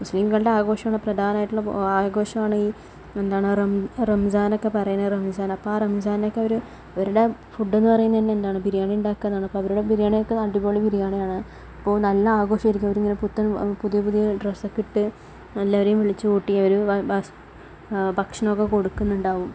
മുസ്ലീങ്ങളുടെ ആഘോഷമാണ് പ്രധാനമായിട്ടുള്ള ആഘോഷമാണ് ഈ എന്താണ് റംസാനൊക്കെ പറയണത് റംസാൻ അപ്പോൾ ആ റംസാനൊക്കെ അവർ അവരുടെ ഫുഡ്ഡെന്നു പറയണതുതന്നെ എന്താണ് ബിരിയാണി ഉണ്ടാക്കുക എന്നാണ് അവരുടെ ബിരിയാണിയൊക്കെ അടിപൊളി ബിരിയാണിയാണ് അപ്പോൾ നല്ല ആഘോഷമായിരിക്കും അവിടിങ്ങനെ പുത്തൻ പുതിയ പുതിയ ഡ്രെസ്സൊക്കെയിട്ട് എല്ലാവരേയും വിളിച്ചുകൂട്ടി അവർ ഭക്ഷണമൊക്കെ കൊടുക്കുന്നുണ്ടാകും